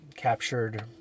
captured